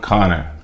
Connor